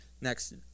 Next